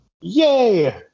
Yay